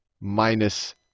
minus